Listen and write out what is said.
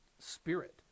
spirit